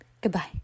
Goodbye